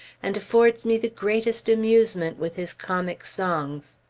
and affords me the greatest amusement with his comic songs.